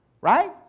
right